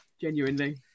Genuinely